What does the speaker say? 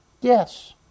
Yes